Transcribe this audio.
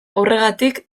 horregatik